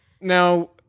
Now